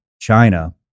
China